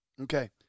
Okay